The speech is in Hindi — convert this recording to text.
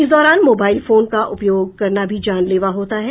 इस दौरान मोबाईल फोन का उपयोग करना भी जानलेवा होता है